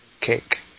cake